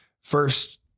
First